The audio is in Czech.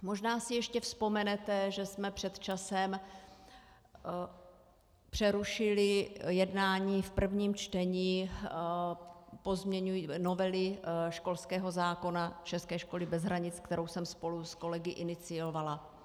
Možná si ještě vzpomenete, že jsme před časem přerušili jednání v prvním čtení novely školského zákona, české školy bez hranic, kterou jsem spolu s kolegy iniciovala.